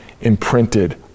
imprinted